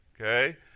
okay